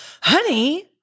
Honey